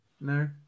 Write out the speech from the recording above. No